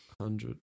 hundred